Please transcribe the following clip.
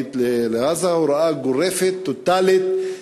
המערבית לעזה, הוראה גורפת, טוטלית,